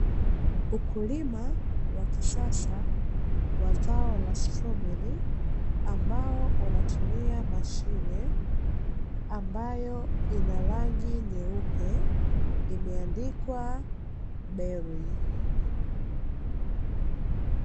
Ukulima wa kisasa wa zao la stroberi, ambao unatumia mashine ambayo ina rangi nyeupe; imeandikwa "BERRY".